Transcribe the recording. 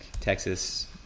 Texas